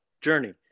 journey